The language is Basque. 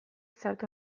sartu